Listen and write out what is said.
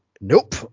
Nope